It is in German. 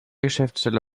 geschäftsstelle